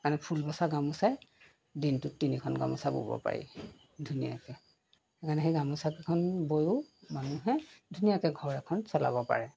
মানে ফুলবছা গামোচাই দিনটোত তিনিখন গামোচা বব পাৰি ধুনীয়াকৈ মানে গামোচাখন বৈও মানুহে ধুনীয়াকৈ ঘৰ এখন চলাব পাৰে